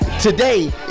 today